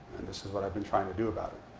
and this is what i've been trying to do about it.